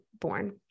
born